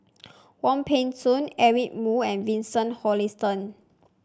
Wong Peng Soon Eric Moo and Vincent Hoisington